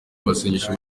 masengesho